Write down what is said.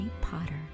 Potter